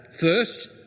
first